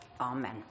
Amen